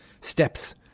steps